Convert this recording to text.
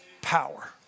power